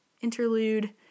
interlude